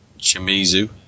Shimizu